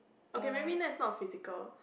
okay maybe that's not physical